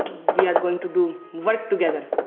we are going to do work together.